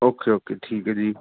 okay okay ਠੀਕ ਹੈ ਜੀ